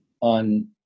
on